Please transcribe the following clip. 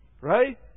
Right